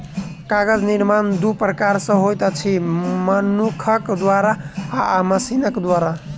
कागज निर्माण दू प्रकार सॅ होइत अछि, मनुखक द्वारा आ मशीनक द्वारा